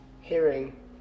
hearing